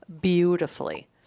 beautifully